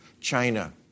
China